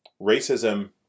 Racism